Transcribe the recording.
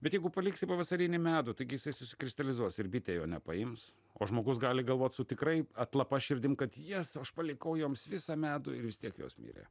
bet jeigu paliksi pavasarinį medų taigi jisai susikristalizuos ir bitė jo nepaims o žmogus gali galvot su tikrai atlapa širdim kad yes aš palikau joms visą medų ir vis tiek jos mirė